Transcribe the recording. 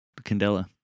candela